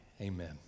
Amen